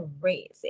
crazy